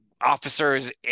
officers –